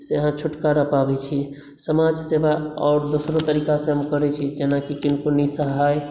अहाँ छुटकारा पाबै छी समाजसेवा आओर दोसरो तरीकासँ हम करै छी जेनाकि किनको निःसहाय